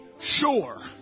sure